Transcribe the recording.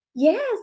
yes